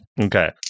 Okay